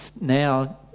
now